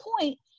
point